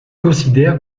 considère